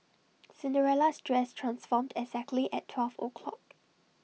Cinderella's dress transformed exactly at twelve O clock